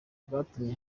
bwatumye